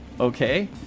okay